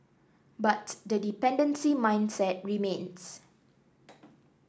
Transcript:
but the dependency mindset remains